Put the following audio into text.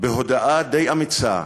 בהודאה די אמיצה: